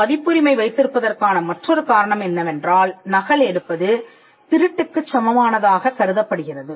பதிப்புரிமை வைத்திருப்பதற்கான மற்றொரு காரணம் என்னவென்றால் நகல் எடுப்பது திருட்டுக்குச் சமமானதாகக் கருதப்படுகிறது